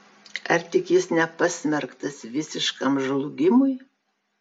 ar tik jis nepasmerktas visiškam žlugimui